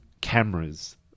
cameras